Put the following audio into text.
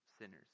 sinners